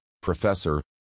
Professor